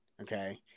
Okay